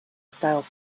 style